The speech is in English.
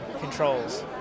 controls